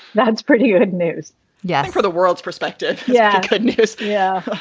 that's pretty good news yeah, for the world's perspective. yeah. goodness. yeah,